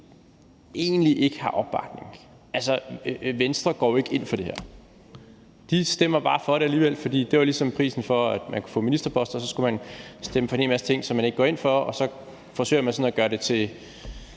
egentlig ikke har opbakning. Altså, Venstre går jo ikke ind for det her. De stemmer bare for det alligevel, for det var ligesom prisen for, at man kunne få ministerposter; så skulle man stemme for en hel masse ting, som man ikke går ind for. Og så forsøger man sådan at gøre det til,